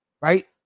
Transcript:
right